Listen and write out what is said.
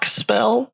spell